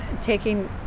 taking